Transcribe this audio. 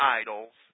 idols